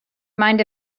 mind